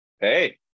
hey